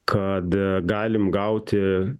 kad galim gauti